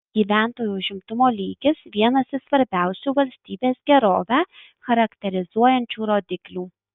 gyventojų užimtumo lygis vienas iš svarbiausių valstybės gerovę charakterizuojančių rodiklių